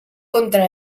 contra